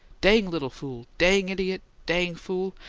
dang little fool! dang idiot! dang fool!